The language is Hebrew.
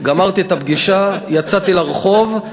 גמרתי את הפגישה, יצאתי לרחוב.